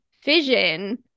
fission